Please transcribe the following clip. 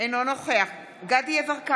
אינו נוכח דסטה